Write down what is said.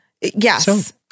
Yes